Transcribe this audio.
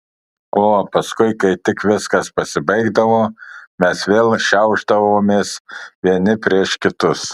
o paskui kai tik viskas pasibaigdavo mes vėl šiaušdavomės vieni prieš kitus